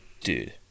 dude